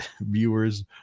viewers